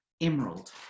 emerald